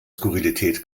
skurrilität